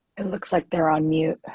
and looks like they're on mute.